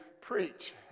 preach